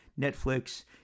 Netflix